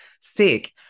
sick